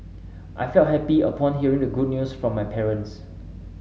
I felt happy upon hearing the good news from my parents